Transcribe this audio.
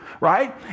Right